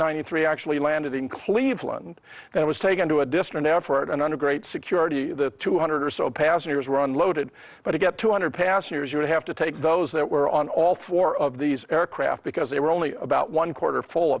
ninety three actually landed in cleveland and was taken to a distant effort and under great security the two hundred or so passengers were unloaded but to get two hundred passengers you would have to take those that were on all four of these aircraft because they were only about one quarter full